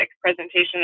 presentation